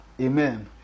Amen